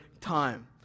time